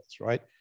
right